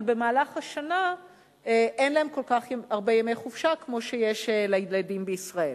אבל במהלך השנה אין להם כל כך הרבה ימי חופשה כמו שיש לילדים בישראל.